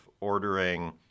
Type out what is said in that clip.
ordering